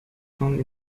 found